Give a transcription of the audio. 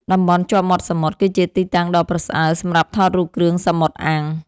តំបន់ជាប់មាត់សមុទ្រ គឺជាទីតាំងដ៏ប្រសើរសម្រាប់ថតរូបគ្រឿងសមុទ្រអាំង។